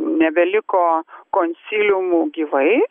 nebeliko konsiliumų gyvai